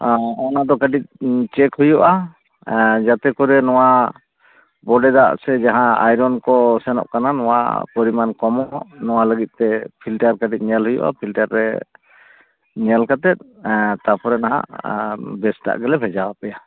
ᱚᱱᱟᱫᱚ ᱠᱟᱹᱴᱤᱡ ᱪᱮᱠ ᱦᱩᱭᱩᱜᱼᱟ ᱡᱟᱛᱮ ᱠᱚᱨᱮ ᱱᱚᱣᱟ ᱵᱚᱰᱮ ᱫᱟᱜ ᱥᱮ ᱟᱭᱨᱚᱱ ᱠᱚ ᱥᱮᱱᱚᱜ ᱠᱟᱱᱟ ᱱᱚᱣᱟ ᱯᱚᱨᱤᱢᱟᱱ ᱠᱚᱢᱚᱜ ᱱᱚᱣᱟ ᱞᱟᱹᱜᱤᱫ ᱛᱮ ᱯᱷᱤᱞᱴᱟᱨ ᱠᱟᱛᱮᱫ ᱧᱮᱞ ᱦᱩᱭᱩᱜᱼᱟ ᱯᱷᱤᱞᱴᱟᱨ ᱨᱮ ᱧᱮᱞ ᱠᱟᱛᱮᱫ ᱛᱟᱯᱚᱨᱮ ᱱᱟᱜ ᱵᱮᱥ ᱫᱟᱜ ᱜᱮᱞᱮ ᱵᱷᱮᱡᱟ ᱟᱯᱮᱭᱟ